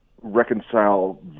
reconcile